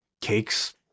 Cakes